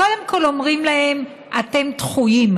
קודם כול, אומרים להם: אתם דחויים,